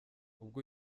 ubwo